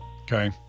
okay